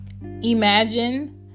Imagine